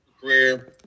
career